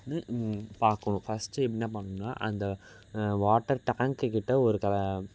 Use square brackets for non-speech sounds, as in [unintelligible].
வந்து பாக்கணும் ஃபஸ்ட்டு என்ன பண்ணணும்னா அந்த வாட்டர் டேங்க்கு கிட்டே ஒரு [unintelligible]